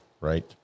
right